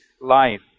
life